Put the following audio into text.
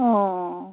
অঁ